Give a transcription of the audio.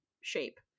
shape